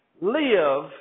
live